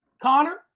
connor